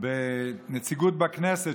בנציגות בכנסת,